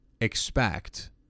expect